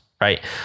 right